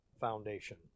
foundation